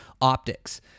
optics